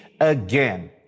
again